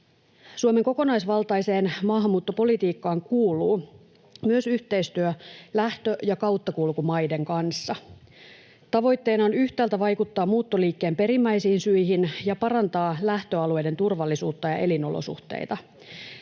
Suomen kokonaisvaltaiseen maahanmuuttopolitiikkaan kuuluu myös yhteistyö lähtö- ja kauttakulkumaiden kanssa. Tavoitteena on yhtäältä vaikuttaa muuttoliikkeen perimmäisiin syihin ja parantaa lähtöalueiden turvallisuutta ja elinolosuhteita.